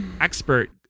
expert